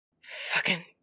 Fucking-